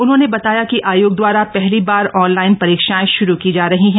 उन्होंने बताया कि आयोग दवारा पहली बार ऑनलाइन परीक्षाएं शुरू की जा रही हैं